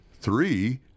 three